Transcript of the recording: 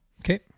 okay